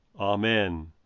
Amen